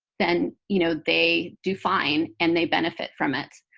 then, you know, they do fine and they benefit from it.